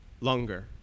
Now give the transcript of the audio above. longer